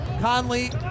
Conley